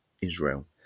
Israel